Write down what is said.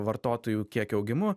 vartotojų kiekio augimu